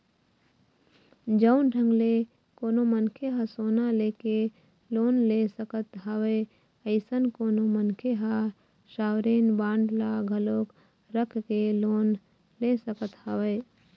जउन ढंग ले कोनो मनखे ह सोना लेके लोन ले सकत हवय अइसन कोनो मनखे ह सॉवरेन बांड ल घलोक रख के लोन ले सकत हवय